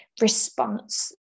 response